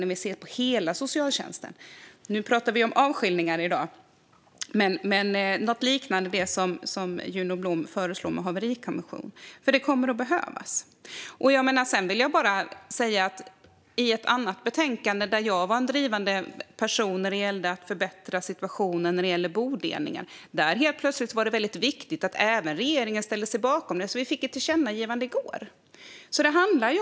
Det gäller hela socialtjänsten - i dag pratar vi om avskiljningar, men det kan även gälla något liknande den haverikommission som Juno Blom föreslår. Det kommer att behövas. I ett annat betänkande där jag var en drivande person för att förbättra situationen när det gäller bodelning var det helt plötsligt väldigt viktigt att även regeringen ställde sig bakom detta, så vi fick ett tillkännagivande i går.